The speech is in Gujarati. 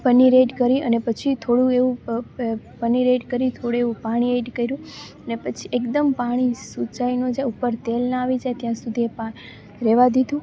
પનીર એડ કરી અને પછી થોડું એવું પનીર એડ કરી થોડું એવું પાણી એડ કર્યું ને પછી એકદમ પાણી સુકાઈ ન જાય ઉપર તેલ ન આવી જાય ત્યાં સુધી એ રહેવા દીધું